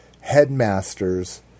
headmasters